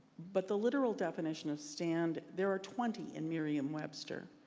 but the literal definition of stand, there are twenty in mereum webster.